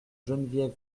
geneviève